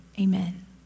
Amen